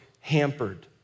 hampered